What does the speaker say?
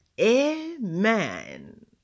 amen